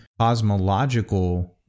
cosmological